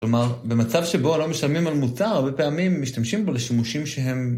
כלומר, במצב שבו לא משלמים על מוצר, הרבה פעמים משתמשים בו לשימושים שהם...